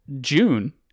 June